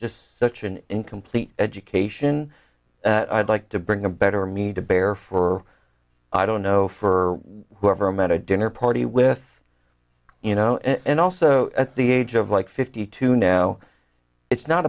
just such an incomplete education that i'd like to bring a better me to bear for i don't know for whoever i'm at a dinner party with you know and also at the age of like fifty two now it's not